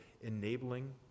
enabling